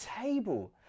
table